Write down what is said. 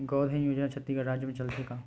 गौधन योजना छत्तीसगढ़ राज्य मा चलथे का?